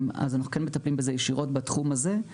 אז אנחנו כן מטפלים בזה ישירות בתחום הזה.